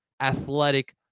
athletic